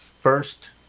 first